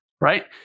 Right